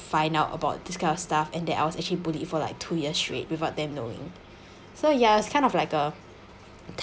find out about this kind of stuff and that I was actually bullied for like two year straight without them knowing so ya it's kind of like a